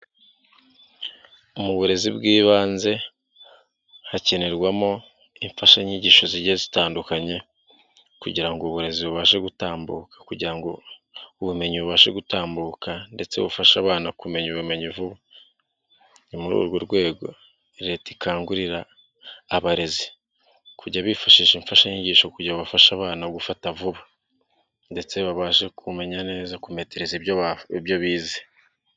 Mu burezi bw'ibanze hakenerwamo imfashanyigisho zigiye zitandukanye kugira ngo uburezi bubashe gutambuka, kugira ngo ubumenyi bubashe gutambuka ndetse bufasha abana kumenya ubumenyi. Ni muri urwo rwego leta ikangurira abarezi kujya bifashisha imfashanyigisho kugira ngo bafasha abana gufata vuba ndetse babashe kumenya neza kumetereza ibyo bize.